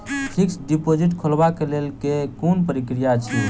Fixed deposit खोलबाक लेल केँ कुन प्रक्रिया अछि?